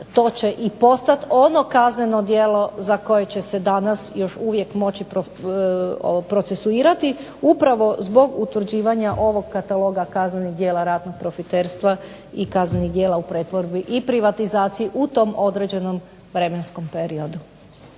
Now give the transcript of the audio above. to će i postati ono kazneno djelo za koje će se danas još uvijek moći procesuirati upravo zbog utvrđivanja ovog kataloga kaznenih djela ratnog profiterstva i kaznenih djela u pretvorbi i privatizaciji u tom određenom vremenskom periodu.